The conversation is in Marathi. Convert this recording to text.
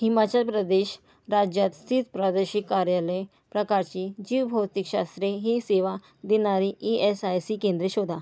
हिमाचल प्रदेश राज्यात स्थित प्रादेशिक कार्यालय प्रकारची जीवभौतिकशास्त्रे ही सेवा देणारी ई एस आय सी केंद्रे शोधा